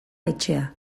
etxea